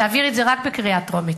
תעבירי את זה רק בקריאה טרומית,